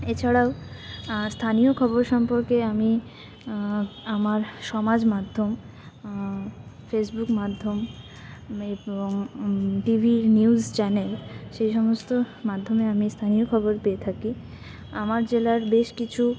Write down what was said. এছাড়াও স্থানীয় খবর সম্পর্কে আমি আমার সমাজ মাধ্যম ফেসবুক মাধ্যম এবং টিভির নিউজ চ্যানেল সেই সমস্ত মাধ্যমে আমি স্থানীয় খবর পেয়ে থাকি আমার জেলার বেশ কিছু